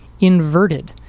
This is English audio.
inverted